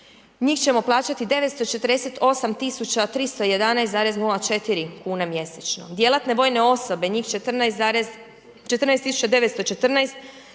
njih ćemo plaćati 948 311,004 kune mjesečno. Djelatne vojne osobe, njih 14 914,